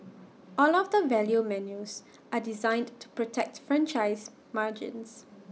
all of the value menus are designed to protects franchisee margins